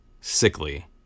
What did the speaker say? sickly